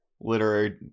literary